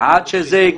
שעד היום